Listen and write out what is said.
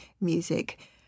music